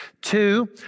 Two